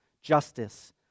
Justice